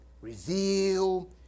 Reveal